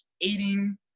eating